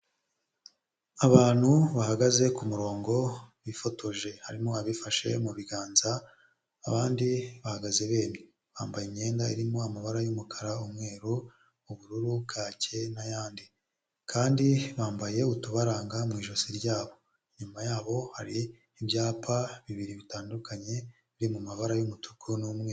Abantu bahagaze ku murongo bifotoje; harimo abifashe mu biganza, abandi bahagaze bemye. Bambaye imyenda irimo amabara y'umukara, umweru, ubururu, kacye n'ayandi; kandi bambaye utubaranga mu ijosi ryabo. Inyuma yabo hari ibyapa bibiri bitandukanye, biri mu mabara y'umutuku n'umweru.